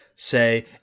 say